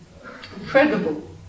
incredible